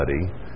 study